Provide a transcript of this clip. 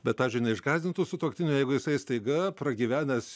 bet pavyžiui neišgąsdintų sutuoktinių jeigu jisai staiga pragyvenęs